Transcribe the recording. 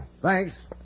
Thanks